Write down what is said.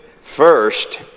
first